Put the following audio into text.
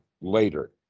later